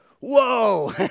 Whoa